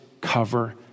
cover